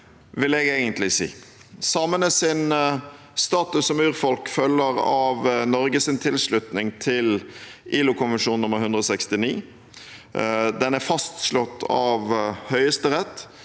Samenes status som urfolk følger av Norges tilslutning til ILO-konvensjon nr. 169. Den er fastslått av Høyesterett,